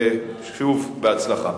ושוב, בהצלחה.